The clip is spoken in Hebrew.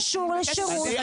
--- חברות,